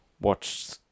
watch